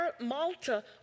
Malta